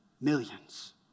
millions